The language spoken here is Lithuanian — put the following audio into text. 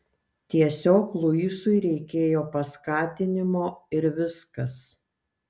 tiesiog luisui reikėjo paskatinimo ir viskas